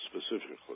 specifically